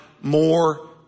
more